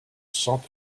sans